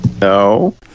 No